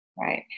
Right